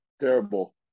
Terrible